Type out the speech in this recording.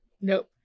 Nope